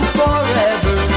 forever